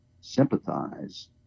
sympathize